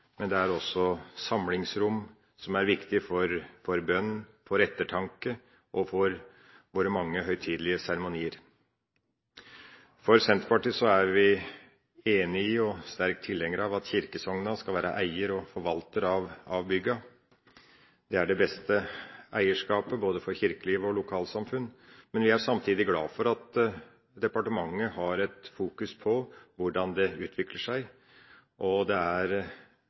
men de er også samlingsrom som er viktige for bønn, for ettertanke og for våre mange høytidelige seremonier. Senterpartiet er enig i og sterk tilhenger av at kirkesognene skal være eier og forvalter av byggene. Det er det beste eierskapet for både kirkeliv og lokalsamfunn, men vi er samtidig glad for at departementet har et fokus på hvordan det utvikler seg. Det er